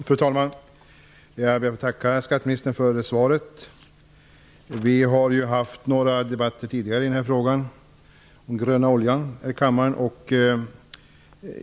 Fru talman! Jag ber att få tacka skatteministern för svaret. Vi har ju haft några debatter tidigare här i kammaren om den gröna oljan.